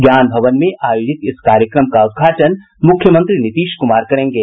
ज्ञान भवन में आयोजित इस कार्यक्रम का उद्घाटन मुख्यमंत्री नीतीश कुमार करेंगे